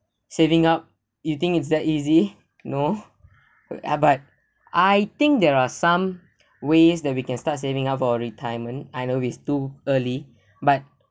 saving up you think is that easy no ah but I think there are some ways that we can start saving up for retirement I know is too early but